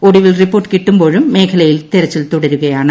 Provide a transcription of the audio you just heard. ഒടുവിൽ റിപ്പോർട്ട് കിട്ടുമ്പോഴും മേഖലയിൽ തെരച്ചിൽ തുടരുകയാണ്